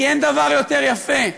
כי אין דבר יותר יפה,